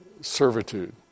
servitude